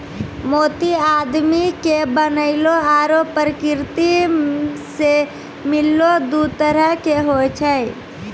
मोती आदमी के बनैलो आरो परकिरति सें मिललो दु तरह के होय छै